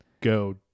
go